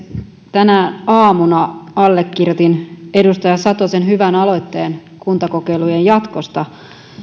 tänä aamuna allekirjoitin edustaja satosen hyvän aloitteen kuntakokeilujen jatkosta